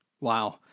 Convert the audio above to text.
Wow